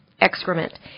excrement